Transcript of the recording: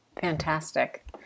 fantastic